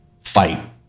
fight